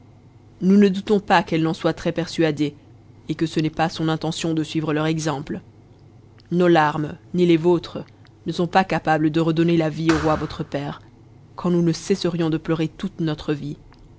nous ne doutons pas qu'elle n'en soit très persuadée et que ce n'est pas son intention de suivre leur exemple nos larmes ni les vôtres ne sont pas capables de redonner la vie au roi votre père quand nous ne cesserions de pleurer toute notre vie